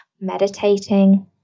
meditating